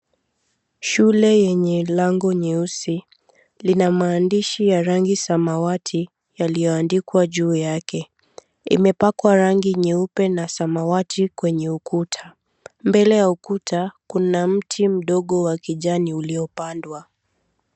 Shule yenye lango nyeusi, lina maandishi ya rangi samawati yaliyoandikwa juu yake. Imepakwa rangi nyeupe na samawati kwenye ukuta. Mbele ya ukuta kuna mti mdogo wa kijani uliopandwa.